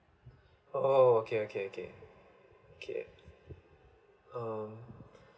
oh okay okay okay okay um